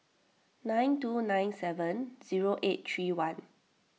nine two nine seven zero eight three one